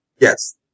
yes